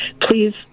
please